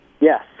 yes